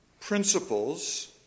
principles